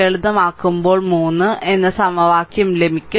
ലളിതമാക്കുമ്പോൾ 3 എന്ന സമവാക്യം ലഭിക്കും